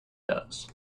does